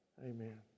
Amen